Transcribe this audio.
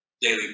daily